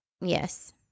Yes